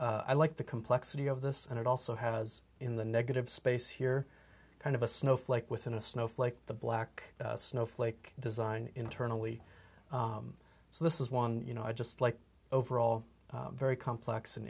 center i like the complexity of this and it also has in the negative space here kind of a snowflake within a snowflake the black snowflake design internally so this is one you know i just like overall very complex and